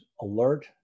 alert